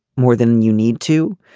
more than you need to.